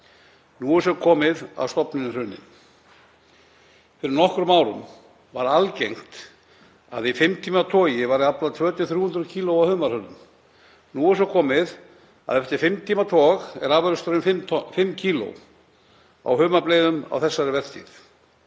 Nú er svo komið að stofninn er hruninn. Fyrir nokkrum árum var algengt að í fimm tíma togi væri aflað 200–300 kg af humarhölum. Nú er svo komið að eftir fimm tíma tog er afurðin um 5 kg á humarbleyðum á þessari vertíð.